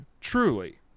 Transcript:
truly